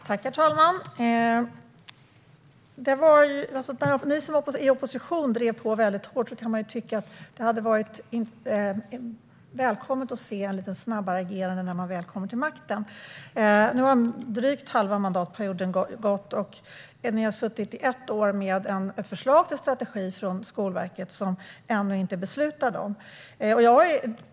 Herr talman! Eftersom ni drev på väldigt hårt när ni var i opposition kan man tycka att det hade varit välkommet med ett snabbare agerande när ni väl kom till makten. Nu har drygt halva mandatperioden gått. Ni har suttit i ett år med ett förslag till strategi från Skolverket som ännu inte har beslutats om.